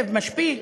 משפיל.